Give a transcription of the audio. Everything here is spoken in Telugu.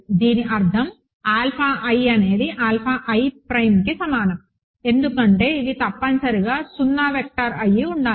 దీని అర్థం ఆల్ఫా i అనేది ఆల్ఫా i ప్రైమ్కి సమానం ఎందుకంటే ఇవి తప్పనిసరిగా 0 వెక్టర్ అయి ఉండాలి